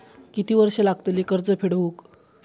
किती वर्षे लागतली कर्ज फेड होऊक?